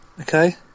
okay